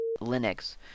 Linux